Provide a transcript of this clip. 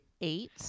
eight